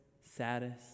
saddest